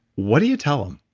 what do you tell them?